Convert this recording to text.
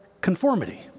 conformity